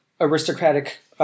aristocratic